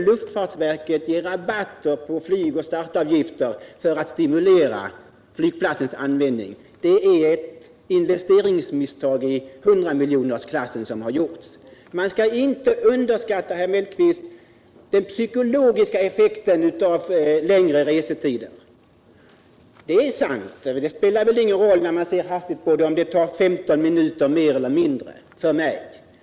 Luftfartsverket måste ge rabatter på flygoch startavgifter för att stimulera till användning av flygplatsen. Det är ett investeringsmisstag i hundramiljonersklassen som gjorts. Man skall inte underskatta den psykologiska effekten av längre restider. Det spelar väl ingen roll när man ser hastigt på det om det tar 15 minuter mer eller mindre för en passagerare.